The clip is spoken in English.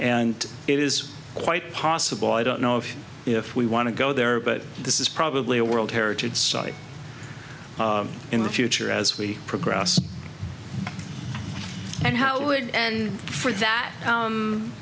and it is quite possible i don't know if if we want to go there but this is probably a world heritage site in the future as we progress and how big and for that